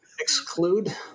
exclude